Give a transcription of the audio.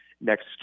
next